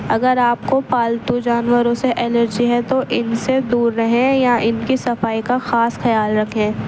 اگر آپ کو پالتو جانوروں سے الرجی ہے تو ان سے دور رہیں یا ان کی صفائی کا خاص خیال رکھیں